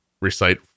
recite